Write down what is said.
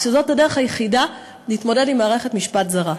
כשזאת הדרך היחידה להתמודד עם מערכת משפט זרה.